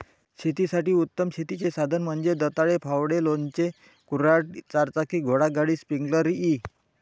शेतासाठी उत्तम शेतीची साधने म्हणजे दंताळे, फावडे, लोणचे, कुऱ्हाड, चारचाकी घोडागाडी, स्प्रिंकलर इ